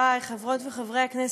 חברי חברות וחברי הכנסת,